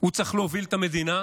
הוא צריך להוביל את המדינה,